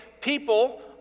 people